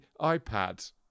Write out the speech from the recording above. ipad